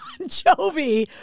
Jovi